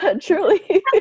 truly